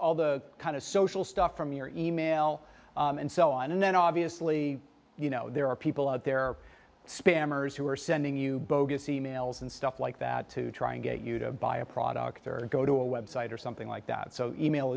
all the kind of social stuff from your e mail and so on and then obviously you know there are people out there spammers who are sending you bogus emails and stuff like that to try and get you to buy a product or go to a website or something like that so e mail